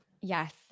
Yes